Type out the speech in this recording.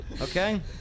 Okay